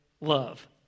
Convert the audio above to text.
love